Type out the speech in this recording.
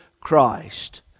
Christ